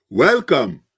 Welcome